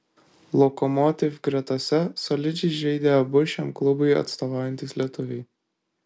lokomotiv gretose solidžiai žaidė abu šiam klubui atstovaujantys lietuviai